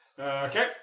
Okay